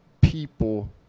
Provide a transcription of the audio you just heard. people